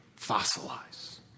fossilize